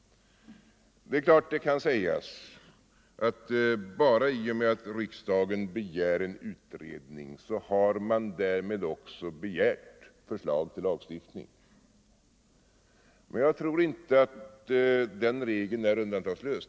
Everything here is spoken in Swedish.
Det är klart att det kan sägas att bara i och med att riksdagen begär en utredning så har man därmed också begärt förslag till lagstiftning. Men jag tror inte att den regeln är undantagslös.